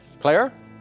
Claire